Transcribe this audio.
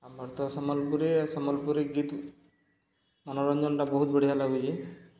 ଆମର୍ ତ ସମ୍ବଲ୍ପୁରୀ ସମ୍ବଲପୁରୀ ଗୀତ୍ ମନୋରଞ୍ଜନ୍ଟା ବହୁତ୍ ବଢ଼ିଆ ଲାଗୁଚେ